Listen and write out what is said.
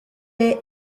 est